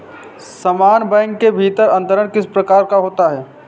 समान बैंक के भीतर अंतरण किस प्रकार का होता है?